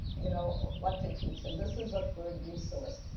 you know, what to teach? and this is a good resource.